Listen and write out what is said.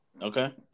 Okay